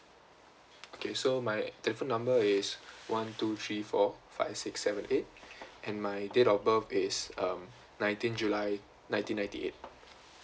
okay so my telephone number is one two three four five six seven eight and my date of birth is um nineteen july nineteen ninety eight